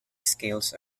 scales